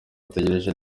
ategereje